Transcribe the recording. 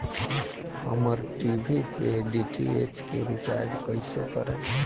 हमार टी.वी के डी.टी.एच के रीचार्ज कईसे करेम?